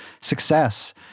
success